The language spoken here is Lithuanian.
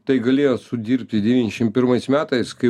tai galėjo sudirbti devyniasdešim pirmais metais kai